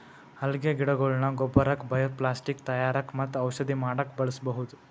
ಅಲ್ಗೆ ಗಿಡಗೊಳ್ನ ಗೊಬ್ಬರಕ್ಕ್ ಬಯೊಪ್ಲಾಸ್ಟಿಕ್ ತಯಾರಕ್ಕ್ ಮತ್ತ್ ಔಷಧಿ ಮಾಡಕ್ಕ್ ಬಳಸ್ಬಹುದ್